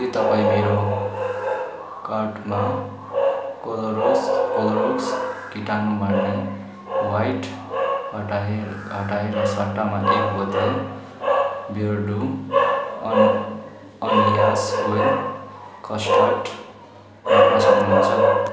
के तपाईँ मेरो कार्टमा क्लोरोस क्लोरोक्स कीटाणु मार्ने वाइट हटाए हटाएर सट्टामा एक बोतल बियरडु अनि अनियस ओइल कस्टर्ड राख्न सक्नुहुन्छ